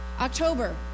October